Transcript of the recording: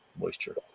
moisture